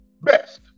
Best